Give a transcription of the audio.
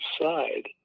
side